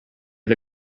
did